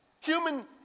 Human